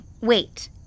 wait